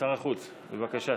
שר החוץ, בבקשה.